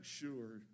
sure